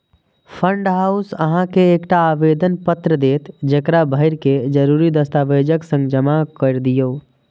fund house अहां के एकटा आवेदन पत्र देत, जेकरा भरि कें जरूरी दस्तावेजक संग जमा कैर दियौ